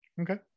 okay